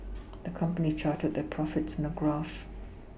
the company charted their profits in a graph